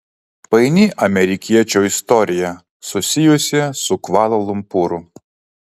paini amerikiečio istorija susijusi su kvala lumpūru